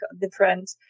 different